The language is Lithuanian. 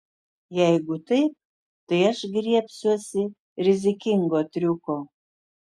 jeigu taip tai aš griebsiuosi rizikingo triuko